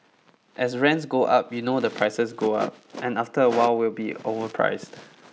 as rents go up you know the prices go up and after a while we'll be overpriced